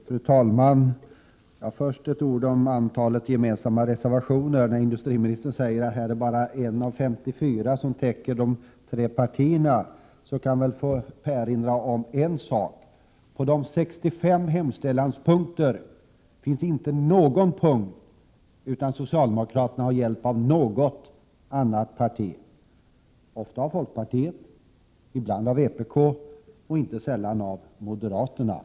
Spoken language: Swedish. Fru talman! Industriministern säger att det bara är en av 54 reservationer som är gemensam för de tre borgerliga partierna. Jag vill i detta sammanhang erinra om att det inte på någon av de 65 punkterna i hemställan förhåller sig så, att socialdemokraterna inte har fått hjälp av något annat parti — ofta har de fått hjälp av folkpartiet, ibland av vpk och inte så sällan av moderaterna. — Prot.